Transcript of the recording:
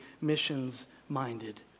missions-minded